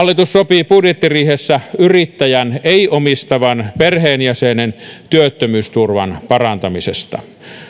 budjettiriihessä yrittäjän ei omistavan perheenjäsenen työttömyysturvan parantamisesta